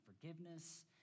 forgiveness